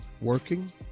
working